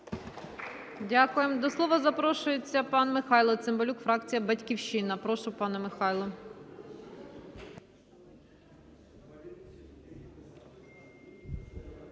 Дякуємо. До слова запрошується пан Михайло Цимбалюк фракція "Батьківщина". Прошу пане Михайле.